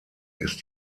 ist